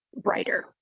brighter